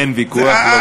אין ויכוח.